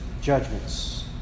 judgments